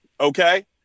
Okay